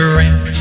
Drink